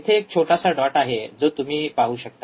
इथे एक छोटासा डॉट आहे जो तुम्ही पाहू शकता